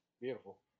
Beautiful